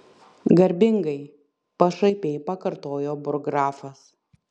garbingai pašaipiai pakartojo burggrafas